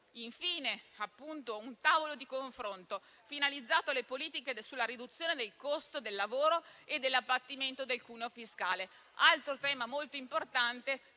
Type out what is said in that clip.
Infine vi è un tavolo di confronto finalizzato alle politiche per la riduzione del costo del lavoro e all'abbattimento del cuneo fiscale: altro tema molto importante